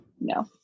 No